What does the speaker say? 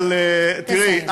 אבל תראי,